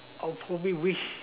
I will probably wish